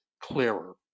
clearer